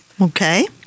Okay